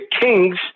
Kings